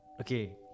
Okay